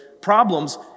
problems